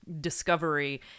discovery